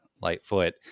Lightfoot